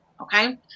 okay